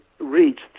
reached